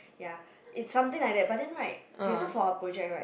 ya is something like that but then right okay so for a project right